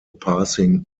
passing